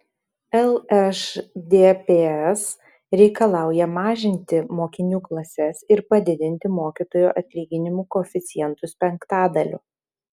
lšdps reikalauja mažinti mokinių klases ir padidinti mokytojų atlyginimų koeficientus penktadaliu